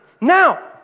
Now